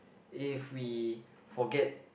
if we forget